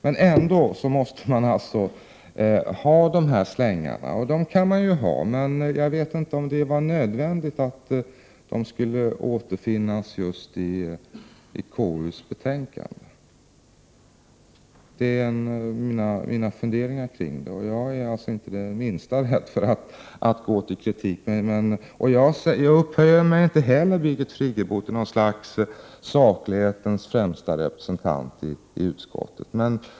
Men ändå måste man alltså ha de här slängarna, och dem kan man ju ha, men jag vet inte om det var nödvändigt att de skulle återfinnas just i konstitutionsutskottets betänkande. Det är mina funderingar kring frågan. Jag är alltså inte det minsta rädd för att gå till kritik. Jag upphöjer mig inte heller, Birgit Friggebo, till något slags saklighetens främsta representant i utskottet.